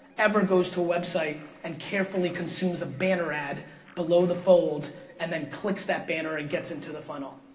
ever goes to a website and carefully consumes a banner ad below the fold and then clicks that banner and gets into the funnel,